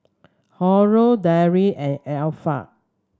Haron Dara and Ariff